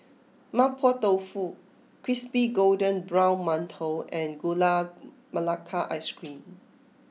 Mapo Tofu Crispy Golden Brown Mantou and Gula Melaka Ice Cream